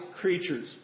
creatures